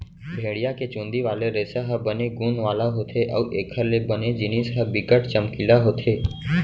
भेड़िया के चुंदी वाले रेसा ह बने गुन वाला होथे अउ एखर ले बने जिनिस ह बिकट चमकीला होथे